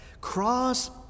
cross